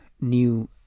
new